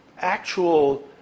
actual